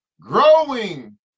growing